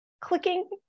clicking